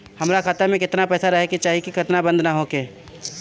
हमार खाता मे केतना पैसा रहे के चाहीं की खाता बंद ना होखे?